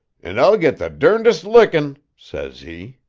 and i'll git the derndest lickin' says he.